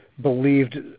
believed